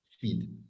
feed